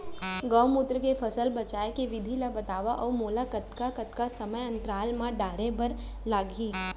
गौमूत्र ले फसल बचाए के विधि ला बतावव अऊ ओला कतका कतका समय अंतराल मा डाले बर लागही?